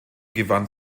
gewann